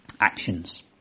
actions